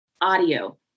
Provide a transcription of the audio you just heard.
Audio